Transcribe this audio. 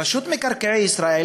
רשות מקרקעי ישראל,